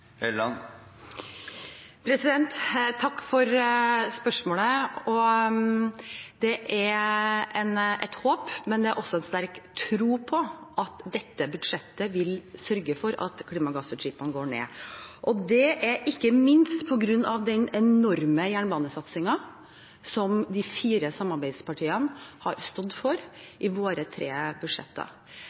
ned? Takk for spørsmålet. Det er et håp, men det er også en sterk tro på at dette budsjettet vil sørge for at klimagassutslippene går ned, og det er ikke minst på grunn av den enorme jernbanesatsingen som de fire samarbeidspartiene har stått for i våre tre